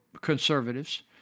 conservatives